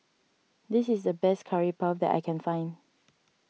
this is the best Curry Puff that I can find